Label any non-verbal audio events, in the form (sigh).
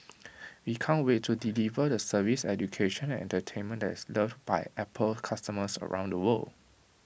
(noise) we can't wait to deliver the service education and entertainment that is loved by Apple customers around the world